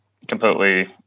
completely